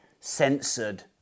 censored